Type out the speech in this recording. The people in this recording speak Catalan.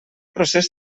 procés